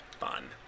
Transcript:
fun